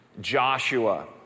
Joshua